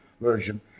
version